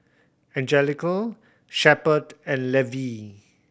Anjelica Shepherd and Levie